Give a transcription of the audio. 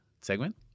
segment